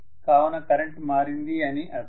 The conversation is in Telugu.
కావున కరెంటు మారింది అని అర్థం